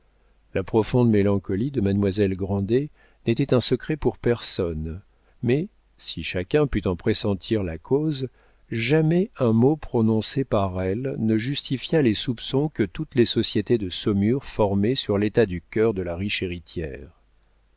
la profonde mélancolie de mademoiselle grandet n'était un secret pour personne mais si chacun put en pressentir la cause jamais un mot prononcé par elle ne justifia les soupçons que toutes les sociétés de saumur formaient sur l'état du cœur de la riche héritière